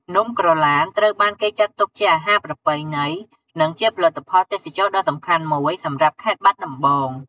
នំក្រឡានត្រូវបានគេចាត់ទុកជាអាហារប្រពៃណី និងជាផលិតផលទេសចរណ៍ដ៏សំខាន់មួយសម្រាប់ខេត្តបាត់ដំបង។